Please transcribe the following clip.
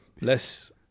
Less